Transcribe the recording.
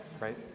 right